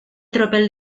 tropel